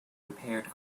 repaired